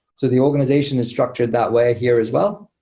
so the organization is structured that way here as well.